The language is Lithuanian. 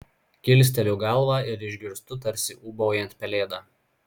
kilsteliu galvą ir išgirstu tarsi ūbaujant pelėdą